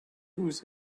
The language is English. whose